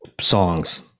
songs